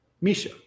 Misha